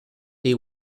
they